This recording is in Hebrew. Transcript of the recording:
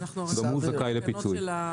גם הוא זכאי לפיצוי.